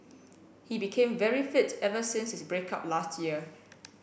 he became very fit ever since his break up last year